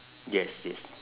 yes yes